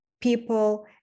people